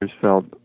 felt